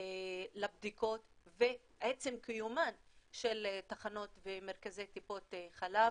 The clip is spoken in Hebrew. לבדיקות ועצם קיומן של תחנות ומרכזי טיפות חלב